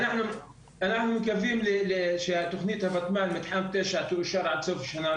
אנחנו מקווים שהתכנית ותמ"ל מתחם תשע תאושר עד סוף שנה,